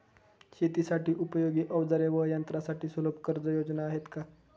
शेतीसाठी उपयोगी औजारे व यंत्रासाठी सुलभ कर्जयोजना आहेत का?